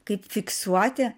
kaip fiksuoti